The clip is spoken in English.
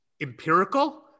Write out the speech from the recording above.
empirical